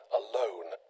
alone